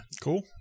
Cool